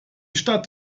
stadt